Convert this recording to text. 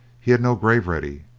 he had no grave ready,